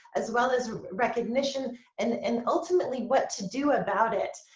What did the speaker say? as well as recognition and and ultimately what to do about it.